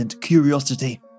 curiosity